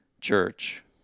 church